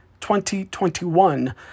2021